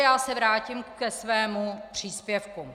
Já se vrátím ke svému příspěvku.